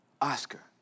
Oscar